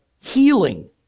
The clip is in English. healing